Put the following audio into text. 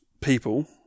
people